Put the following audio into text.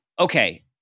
Okay